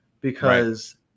because-